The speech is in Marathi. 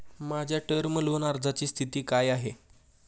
माझ्या टर्म लोन अर्जाची स्थिती काय आहे?